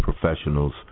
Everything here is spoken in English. professionals